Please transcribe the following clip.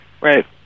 Right